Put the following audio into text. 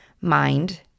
mind